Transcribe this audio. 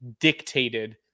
dictated